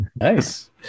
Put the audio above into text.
Nice